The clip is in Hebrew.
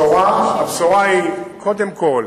הבשורה היא קודם כול